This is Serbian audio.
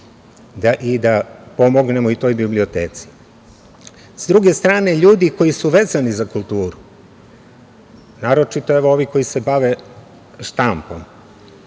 i da pomognemo i toj biblioteci.S druge strane, ljudi koji su vezani za kulturu, naročito ovi koji se bave štampom,